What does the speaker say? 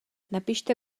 napište